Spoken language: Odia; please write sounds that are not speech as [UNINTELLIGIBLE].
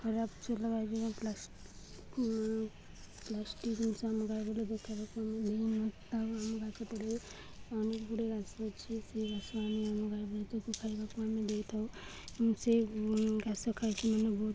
ଖରାପ [UNINTELLIGIBLE] ପ୍ଲାଷ୍ଟିକ୍ ଜିନିଷ ଆମ ଗାଈ [UNINTELLIGIBLE] ଆମେ ଦେଇନଥାଉ ଆମ ଗାଛ ଅନେକଗୁଡ଼ିଏ ଘାସ ଅଛି ସେଇ ଘାସ ଆମେ ଆମ ଗାଈ [UNINTELLIGIBLE] ଖାଇବାକୁ ଆମେ ଦେଇଥାଉ ସେଇ ଗାସ ଖାଇକି ମାନେ ବହୁତ